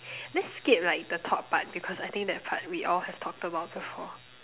let's skip like the top part because I think that part we all have talked about before